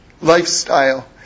lifestyle